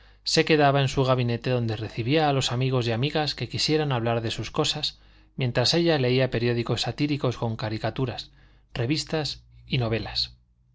se quedaba en su gabinete donde recibía a los amigos y amigas que quisieran hablar de sus cosas mientras ella leía periódicos satíricos con caricaturas revistas y novelas